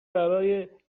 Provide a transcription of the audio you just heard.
برای